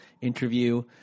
interview